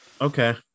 okay